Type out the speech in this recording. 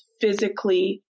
physically